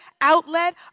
outlet